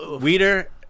Weeder